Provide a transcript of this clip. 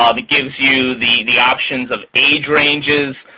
um it gives you the the options of age ranges,